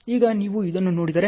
ಈಗ ನೀವು ಇದನ್ನು ನೋಡಿದರೆ